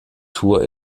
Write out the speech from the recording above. tour